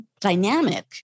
dynamic